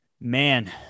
Man